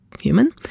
human